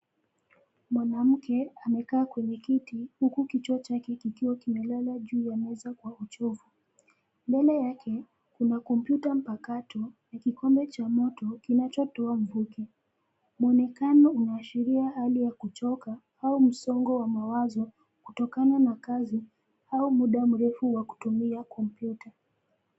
Mwanamke amekaa kwenye kiti huku kichwa chake kikiwa kimelala juu ya meza kwa uchovu. Mbele yake kuna kompyuta mpakato nakikombe cha mto kinachotoa mvuke. Mwonekano unaashiria hali ya kuchoka au msongo wa mawazo kutokana na kazi au muda mrefu wa kutumia kompyuta.